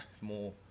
more